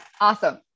Awesome